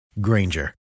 Granger